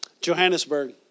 Johannesburg